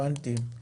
הבנתי.